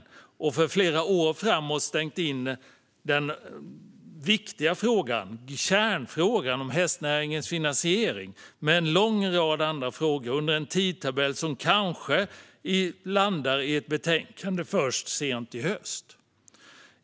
Man har för flera år framåt stängt in den viktiga frågan, kärnfrågan, om hästnäringens finansiering tillsammans med en lång rad andra frågor och med en tidtabell som gör att utredningen kanske landar i ett betänkande först sent i höst.